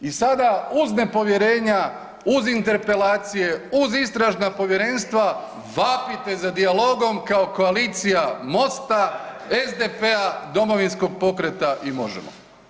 I sada uz nepovjerenja, uz interpelacije, uz istražna povjerenstva vapite za dijalogom kao koalicija MOST-a, SDP-a, Domovinskog pokreta i Možemo.